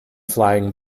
flying